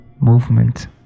movement